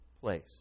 place